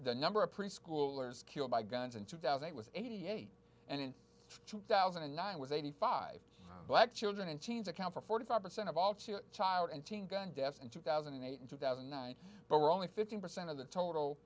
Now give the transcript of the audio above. the number of preschoolers killed by guns in two thousand was eighty eight and in two thousand and nine was eighty five black children and teens account for forty five percent of all cheer child and gun deaths in two thousand and eight and two thousand and nine but were only fifteen percent of the total